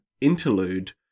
interlude